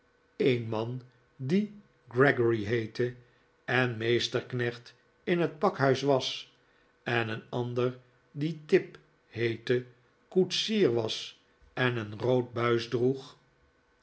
een man die gregory heette en meesterknecht in het pakhuis was en een ander die tipp heette koetsier was en een rood buis droeg